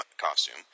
costume